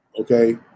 okay